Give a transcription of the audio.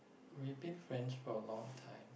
we've been friends for a long time